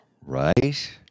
right